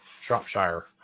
shropshire